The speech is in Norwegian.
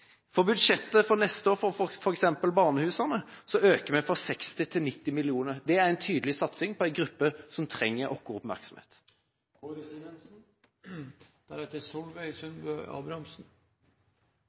rammet. Budsjettet for neste år for f.eks. barnehusene økes fra 60 mill. kr til 90 mill. kr. Det er en tydelig satsing på en gruppe som trenger vår